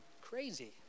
crazy